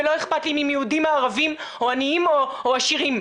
ולא אכפת לי אם הם יהודים או ערבים או עניים או עשירים.